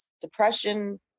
Depression